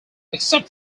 except